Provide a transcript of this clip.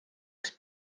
üks